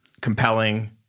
compelling